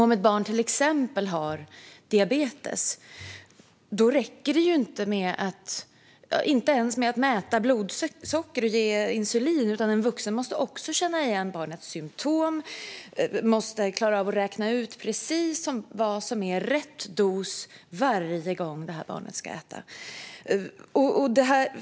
Om ett barn till exempel har diabetes räcker det inte ens att mäta blodsocker och ge insulin, utan en vuxen måste också känna igen barnets symtom och klara av att räkna ut precis vad som är rätt dos varje gång barnet ska äta.